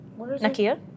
Nakia